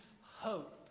hope